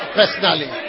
personally